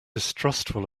distrustful